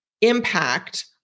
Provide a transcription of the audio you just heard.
impact